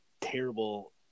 terrible